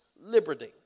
liberty